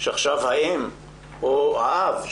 שעכשיו האם או האב,